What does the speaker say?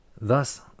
Thus